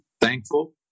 thankful